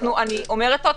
אני אומרת שוב,